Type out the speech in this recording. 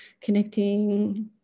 connecting